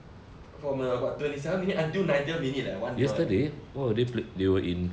from the what twenty seven minute until ninetieth minute leh one year eh